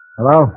Hello